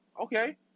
okay